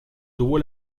tuvo